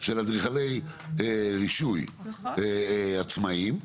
של אדריכלי רישוי עצמאיים,